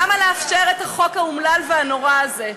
למה לאפשר את החוק האומלל והנורא הזה?